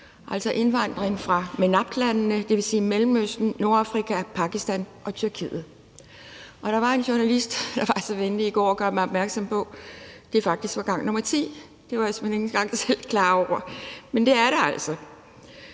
altså indvandring fra MENAPT-landene, dvs. Mellemøsten, Nordafrika, Pakistan og Tyrkiet. Der var en journalist, der var så venlig i går at gøre mig opmærksom på, at det faktisk var gang nummer ti. Det var jeg simpelt hen ikke engang selv klar over, men det er det altså.